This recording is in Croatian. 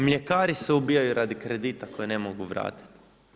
Mljekari se ubijaju radi kredita koji ne mogu vratiti.